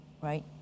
right